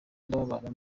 ndababara